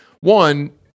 one